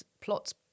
plots